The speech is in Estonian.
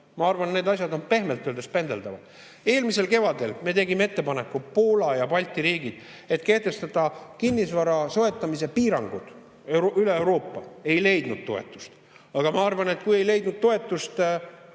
Ma arvan, et need asjad on pehmelt öeldes pendeldavad. Eelmisel kevadel me tegime ettepaneku, Poola ja Balti riigid, et kehtestada kinnisvara soetamise piirangud üle Euroopa. Ei leidnud toetust! Aga ma arvan, et kui ei leidnud toetust